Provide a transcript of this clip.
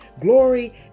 glory